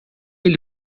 ele